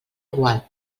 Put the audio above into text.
igual